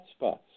hotspots